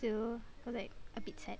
still are like a bit sad